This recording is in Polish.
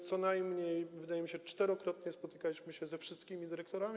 Co najmniej, wydaje mi się, czterokrotnie spotykaliśmy się ze wszystkimi dyrektorami.